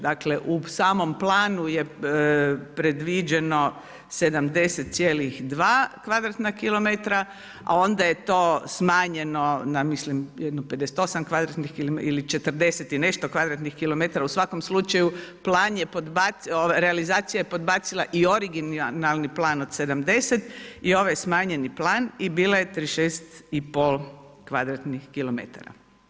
Dakle u samom planu je predviđeno 70,2 kvadratna kilometra, a onda je to smanjeno na mislim jedno 58 ili 40 i nešto kvadratnih kilometara, u svakom slučaju realizacija je podbacila i originalni plan od 70 i ovaj smanjeni plan i bila je 36,5 kvadratnih kilometara.